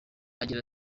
agira